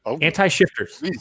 anti-shifters